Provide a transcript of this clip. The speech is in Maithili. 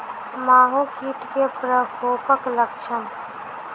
माहो कीट केँ प्रकोपक लक्षण?